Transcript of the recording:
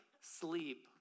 sleep